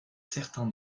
certains